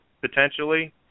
potentially